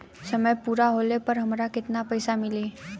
समय पूरा होला पर हमरा केतना पइसा मिली?